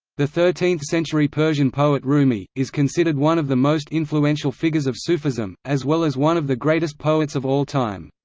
the thirteenth century persian poet rumi, is considered one of the most influential figures of sufism, as well as one of the greatest poets of all time.